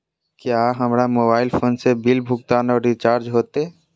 क्या हमारा mobile phone से बिल भुगतान और रिचार्ज होते?